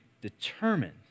determined